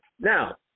Now